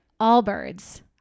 Allbirds